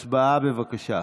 הצבעה, בבקשה.